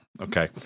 Okay